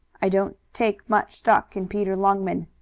i don't take much stock in peter longman.